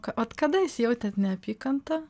ka ot kadaise jautėt neapykantą